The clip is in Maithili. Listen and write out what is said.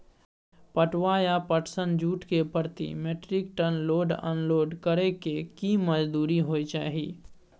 पटुआ या पटसन, जूट के प्रति metric ton load unload करै के की मजदूरी होय चाही?